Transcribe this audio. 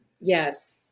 Yes